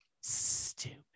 stupid